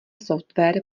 software